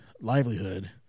livelihood